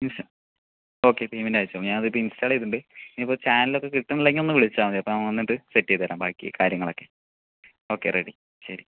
okay payment അയച്ചോളു ഞാൻ ഇത് ഇൻസ്റ്റാൾ ചെയ്തിട്ടുണ്ട് ഇനി ഇപ്പോൾ ചാനൽ ഒക്കെ കിട്ടുന്നില്ലെങ്കിൽ ഒന്ന് വിളിച്ചാൽ മതി അപ്പോൾ ഞാൻ വന്നിട്ട് സെറ്റ് ചെയ്ത് തരാം ബാക്കി കാര്യങ്ങളൊക്കെ ഓക്കേ റെഡി ശരി